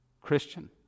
Christian